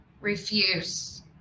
refuse